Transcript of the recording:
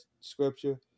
scripture